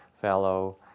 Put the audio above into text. fellow